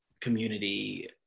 community